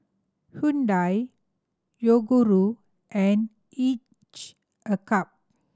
Hyundai Yoguru and Each a Cup